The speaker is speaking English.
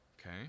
okay